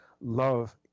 love